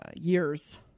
years